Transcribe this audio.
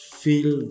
feel